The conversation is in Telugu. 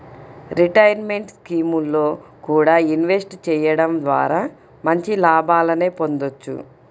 రిటైర్మెంట్ స్కీముల్లో కూడా ఇన్వెస్ట్ చెయ్యడం ద్వారా మంచి లాభాలనే పొందొచ్చు